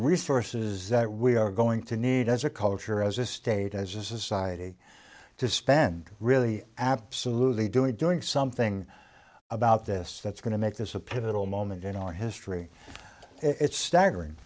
resources that we are going to need as a culture as a state as a society to spend really absolutely doing doing something about this that's going to make this a pivotal moment in our history it's staggering